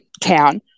town